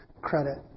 credit